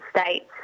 states